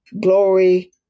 Glory